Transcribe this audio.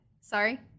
Sorry